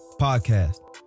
Podcast